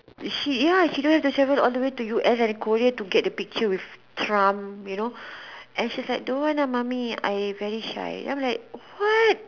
she ya she don't have to travel all the way to us or Korea to take picture with Trump you know don't want uh mummy I very shy and I'm like what